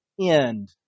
end